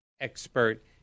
expert